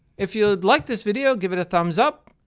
if you like this video, give it a thumbs up.